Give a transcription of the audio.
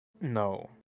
no